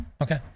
Okay